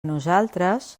nosaltres